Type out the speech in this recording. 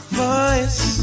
voice